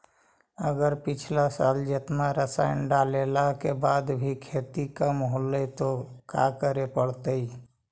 अगर पिछला साल जेतना रासायन डालेला बाद भी खेती कम होलइ तो का करे पड़तई?